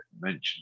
mentioned